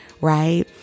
right